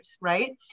right